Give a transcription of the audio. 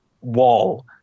wall